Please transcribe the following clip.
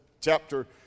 chapter